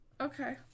okay